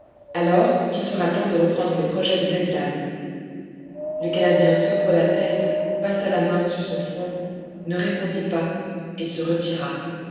alors il sera temps de reprendre les projets de ned land le canadien secoua la tête passa la main sur son front ne répondit pas et se retira